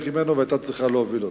ממנו והיא היתה צריכה להוביל אותו.